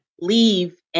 leave